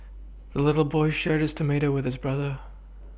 the little boy shared his tomato with his brother